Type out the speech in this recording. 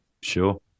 Sure